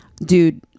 Dude